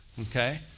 Okay